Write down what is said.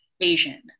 Asian